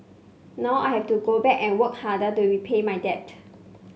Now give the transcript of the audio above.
now I have to go back and work harder to repay my debt